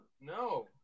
No